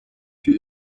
für